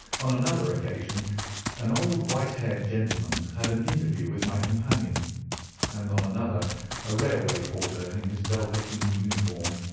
on another occasion an old white-haired gentleman had an interview with my companion and on another a railway porter in his velveteen uniform.